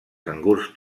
cangurs